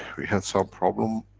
we had some problems,